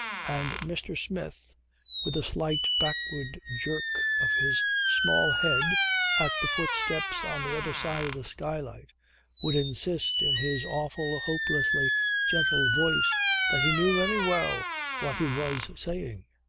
and mr. smith with a slight backward jerk of his small head at the footsteps on the other side of the skylight would insist in his awful, hopelessly gentle voice that he knew very well what he was saying.